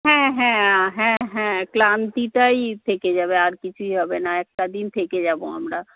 হ্যাঁ হ্যাঁ হ্যাঁ হ্যাঁ ক্লান্তিটাই থেকে যাবে আর কিছুই হবে না একটা দিন থেকে যাব আমরা